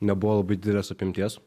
nebuvo labai didelės apimties